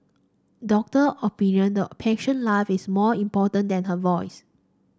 in doctor opinion the patient's life is more important than her voice